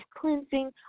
cleansing